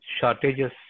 shortages